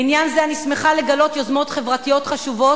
בעניין זה אני שמחה לגלות יוזמות חברתיות חשובות,